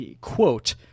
quote